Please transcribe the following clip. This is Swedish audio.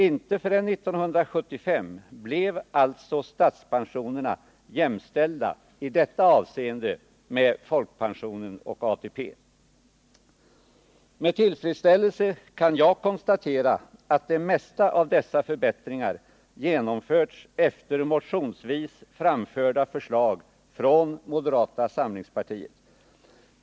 Inte förrän 1975 blev alltså statspensionerna jämställda i detta avseende med folkpensionen och ATP. Med tillfredsställelse kan jag konstatera att det mesta av dessa förbättringar genomförts efter motionsvis framförda förslag från moderata samlingsparti et.